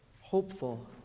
hopeful